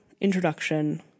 introduction